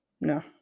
No